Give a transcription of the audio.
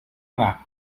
anar